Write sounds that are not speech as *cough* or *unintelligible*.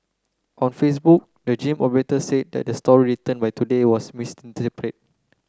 on Facebook the gym operator said that the story written by Today was *unintelligible*